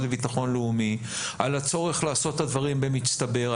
לביטחון לאומי על הצורך לעשות את הדברים במצטבר.